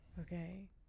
Okay